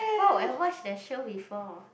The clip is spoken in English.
oh I watch that show before